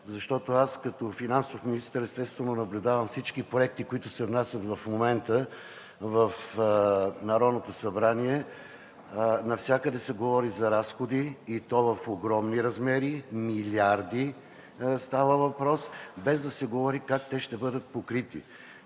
защото аз като финансов министър, естествено, наблюдавам всички проекти, които се внасят в момента в Народното събрание. Навсякъде се говори за разходи, и то в огромни размери – за милиарди става въпрос, без да се говори как те ще бъдат покрити.